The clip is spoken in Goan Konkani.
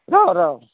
राव राव